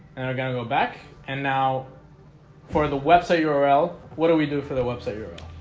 and we're gonna go back and now for the website url, what do we do for the website url?